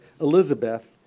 Elizabeth